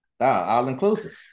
All-inclusive